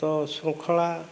ତ ଶୃଙ୍ଖଳା